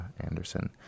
Anderson